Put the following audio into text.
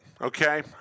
okay